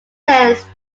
sense